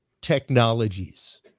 technologies